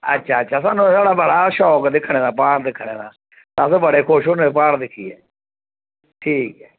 सानूं बड़ा शौक दिक्कनै दा प्हाड़ दिक्खनै दा अस बड़े खुश होने प्हाड़ दिक्खियै ठीक ऐ